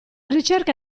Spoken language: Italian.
ricerca